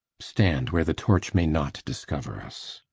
stand where the torch may not discover us.